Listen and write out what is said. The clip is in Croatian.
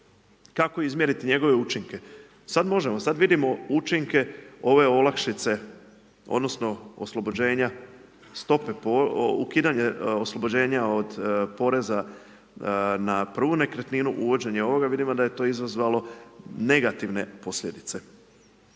Kako izmjeriti njegove učinke? Sad možemo, sad vidimo učinke ove olakšice, odnosno oslobođenja stope, ukidanje oslobođenja od poreza na prvu nekretninu, uvođenje ovoga, vidimo da je to izazvalo negativne posljedice,